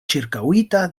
ĉirkaŭita